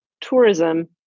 tourism